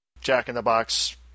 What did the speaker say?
jack-in-the-box